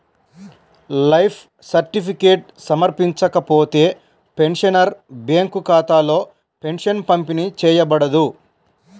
life certificate సమర్పించకపోతే, pensioner bank ఖాతాలో pension పంపిణీ చేయబడదు